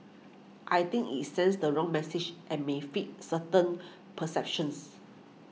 I think it sends the wrong message and may feed certain perceptions